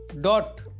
dot